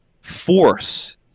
force